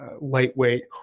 lightweight